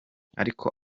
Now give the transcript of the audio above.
ariko